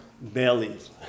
bellies